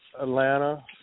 Atlanta